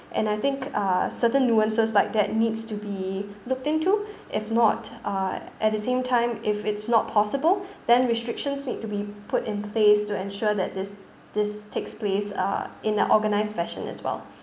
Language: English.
and I think uh certain nuances like that needs to be looked into if not uh at the same time if it's not possible then restrictions need to be put in place to ensure that this this takes place uh in a qorganised fashion as wellq